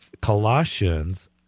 Colossians